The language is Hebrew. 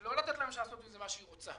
לא לתת לממשלה לעשות עם זה מה שהיא רוצה.